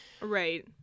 Right